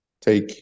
take